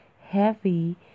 heavy